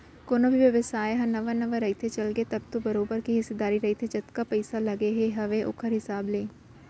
कोनो भी बेवसाय ह नवा नवा रहिथे, चलगे तब तो बरोबर के हिस्सादारी रहिथे जतका पइसा लगाय गे हावय ओखर हिसाब ले